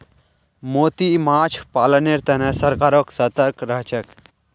मोती माछ पालनेर तने सरकारो सतर्क रहछेक